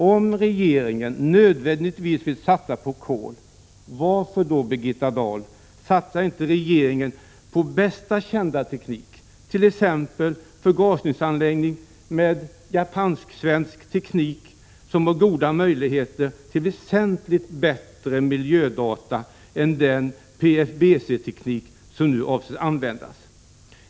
Om regeringen nödvändigtvis vill satsa på kol, varför, Birgitta Dahl, satsar då inte regeringen på den bästa kända tekniken, t.ex. förgasningsanläggning med japansk-svensk teknik som har goda möjligheter till väsentligt bättre miljödata än den PFBC-teknik som nu avses användas?